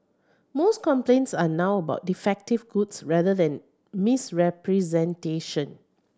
most complaints are now about defective goods rather than misrepresentation